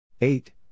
Eight